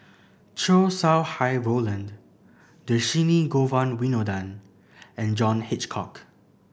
Chow Sau Hai Roland Dhershini Govin Winodan and John Hitchcock